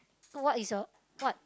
what is the what